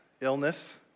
illness